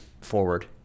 forward